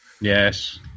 Yes